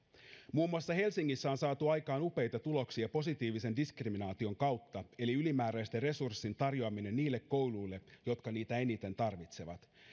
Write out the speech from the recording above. muun muassa helsingissä on saatu aikaan upeita tuloksia positiivisen diskriminaation kautta eli ylimääräisten resurssien tarjoaminen niille kouluille jotka niitä eniten tarvitsevat